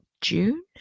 June